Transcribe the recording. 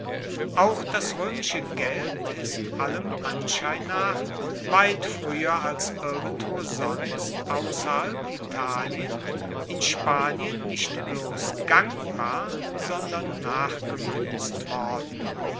auch das roemische geld ist allem anschein nach weit frueher als irgendwo sonst ausserhalb italien in spanien nicht bloss gangbar sondern auch nachgemuenzt worden